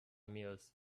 mused